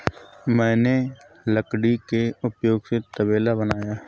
मैंने लकड़ी के उपयोग से तबेला बनाया